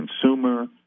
consumer